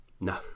No